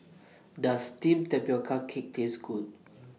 Does Steamed Tapioca Cake Taste Good